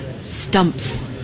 stumps